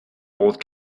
old